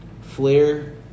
Flair